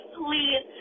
please